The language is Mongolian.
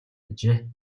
ажээ